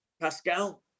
Pascal